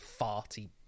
farty